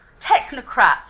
technocrats